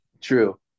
True